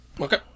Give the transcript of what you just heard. Okay